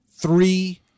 Three